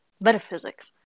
Metaphysics